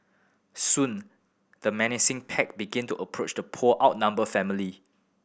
soon the menacing pack begin to approach the poor outnumbered family